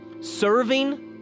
Serving